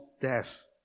death